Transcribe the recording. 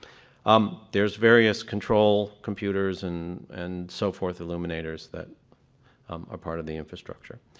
um there's various control computers and and so forth illuminators that are part of the infrastructure.